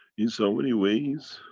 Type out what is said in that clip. in so many ways